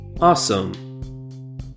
Awesome